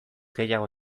gehiago